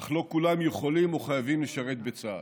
אך לא כולם יכולים או חייבים לשרת בצה"ל.